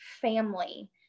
family